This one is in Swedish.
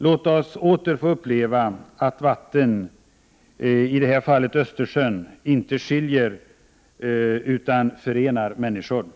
Låt oss åter få uppleva att vatten, i detta fall Östersjön, inte skiljer människor från varandra utan förenar dem.